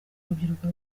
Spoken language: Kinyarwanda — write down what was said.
rubyiruko